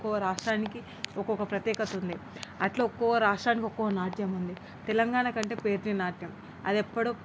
ఒక్కో రాష్ట్రానికి ఒక్కొక్క ప్రత్యేకత ఉంది ఆలా ఒక్కో రాష్ట్రానికి ఒక్కో నాట్యం ఉంది తెలంగాణాకి అంటే పేరిని నాట్యం అది ఎప్పుడో